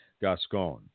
Gascon